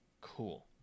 cool